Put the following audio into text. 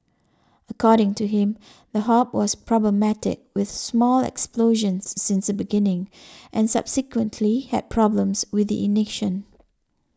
according to him the hob was problematic with small explosions since the beginning and subsequently had problems with the ignition